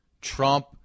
Trump